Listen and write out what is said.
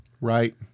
Right